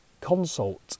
consult